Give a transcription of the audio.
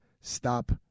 stop